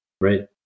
right